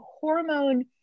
hormone